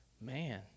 Man